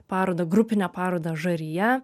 parodą grupinę parodą žarija